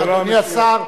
אדוני השר,